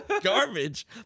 Garbage